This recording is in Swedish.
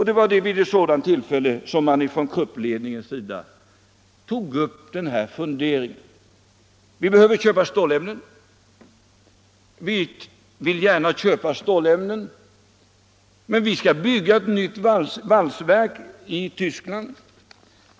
Det var vid ett sådant tillfälle som Kruppledningen tog upp den här funderingen: Vi inom Krupp vill gärna köpa stålämnen, men vi skall bygga ett nytt valsverk i Tyskland.